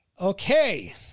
Okay